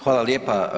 Hvala lijepa.